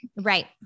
Right